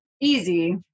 easy